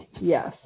yes